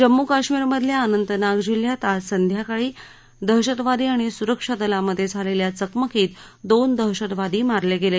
जम्मू कश्मीर मधल्या अनंतनाग जिल्ह्यात आज संध्याकाळी दहशतवादी आणि सुरक्षा दलामधे झालेल्या चकमकीत दोन दहशतवादी मारले गेले